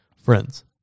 Friends